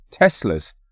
Teslas